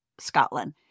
Scotland